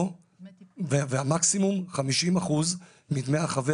או המקסימום שהוא 50 אחוז מדמי החבר